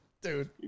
Dude